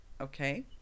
Okay